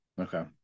okay